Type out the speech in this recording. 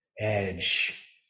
edge